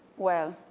well,